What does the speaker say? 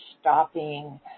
stopping